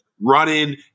running